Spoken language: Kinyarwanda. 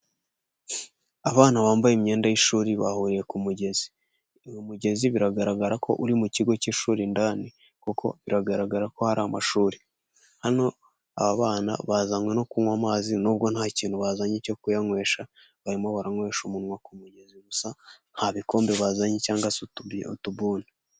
Abana bambaye imyenda y'ishuri bahuriye ku mugezi, uwo mugezi biragaragara ko uri mu kigo cy'ishuri ndani kuko biragaragara ko hari amashuri, hano aba bana bazanwe no kunywa amazi n'ubwo ntakintu bazanye cyo kuyanywesha, barimo baranywesha umunwa ku mugezi gusa ntabikombe bazanye cyangwa se utubuni.